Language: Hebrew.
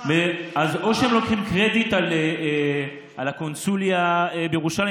שהם לוקחים קרדיט על הקונסוליה בירושלים,